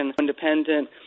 independent